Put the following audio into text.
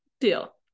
deal